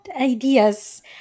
ideas